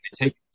take